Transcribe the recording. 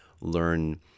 learn